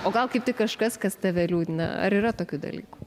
o gal kaip tik kažkas kas tave liūdina ar yra tokių dalykų